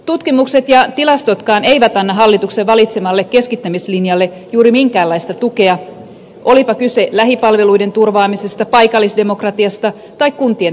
tutkimukset ja tilastotkaan eivät anna hallituksen valitsemalle keskittämislinjalle juuri minkäänlaista tukia olipa kyse lähipalveluiden turvaamisesta paikallisdemokratiasta tai kuntien